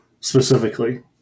specifically